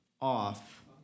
off